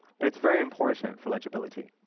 but it's very important for legibility.